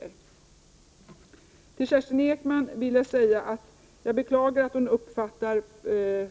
; Pr - b i Till Kerstin Ekman vill jag säga att jag beklagar att hon uppfattar